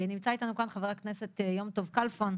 נמצא איתנו כאן חברת הכנסת יום טוב כלפון,